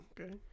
Okay